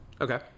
Okay